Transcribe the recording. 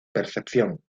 percepción